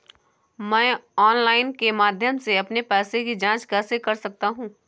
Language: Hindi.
मैं ऑनलाइन के माध्यम से अपने पैसे की जाँच कैसे कर सकता हूँ?